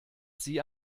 sie